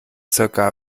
circa